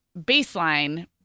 baseline